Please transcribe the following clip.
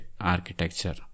architecture